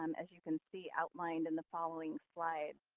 um as you can see outlined in the following slides.